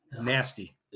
Nasty